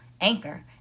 Anchor